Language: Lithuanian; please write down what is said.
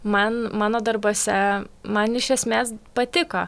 man mano darbuose man iš esmės patiko